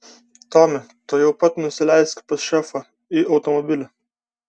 tomi tuojau pat nusileisk pas šefą į automobilį